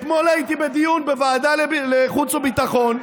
אתמול הייתי בדיון בוועדת החוץ והביטחון.